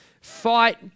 fight